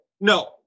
no